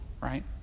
right